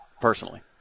personally